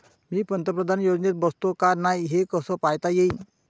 मी पंतप्रधान योजनेत बसतो का नाय, हे कस पायता येईन?